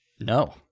No